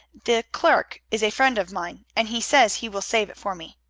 the clerk is a friend of mine, and he says he will save it for me.